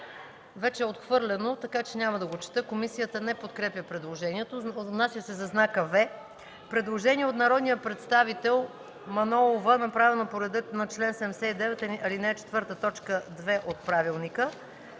вече е отхвърлено, така че няма да го чета. Комисията не подкрепя предложението. Отнася се за знака „V”. Предложение от народния представител Мая Манолова, направено по реда на чл. 79, ал. 4, т. 2 от Правилника.